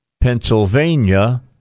Pennsylvania